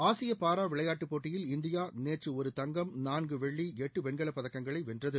ஆசிய பாரா விளையாட்டு போட்டியில் இந்தியா நேற்று ஒரு தங்கம் நான்கு வெள்ளி எட்டு வெண்கலப் பதக்கங்களை வென்றது